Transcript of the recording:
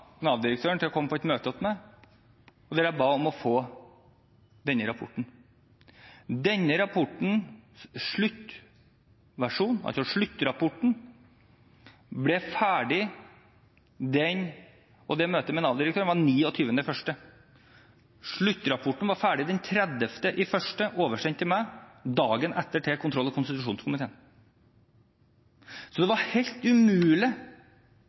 Nav-direktøren om å komme på et møte hos meg, der jeg ba om å få denne rapporten. Møtet med Nav-direktøren var den 29. januar. Sluttrapporten var ferdig og oversendt til meg 30. januar, og dagen etter til kontroll- og konstitusjonskomiteen. Så det var helt umulig